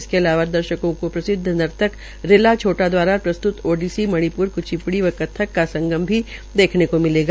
इसके अलावा दर्शकों को प्रसिदव नर्तक रिला छोटा दवारा प्रस्त्त ओडीसी मणिप्री कृच्चीपुड़ी व कत्यक का संगम भी देखने को मिलेगा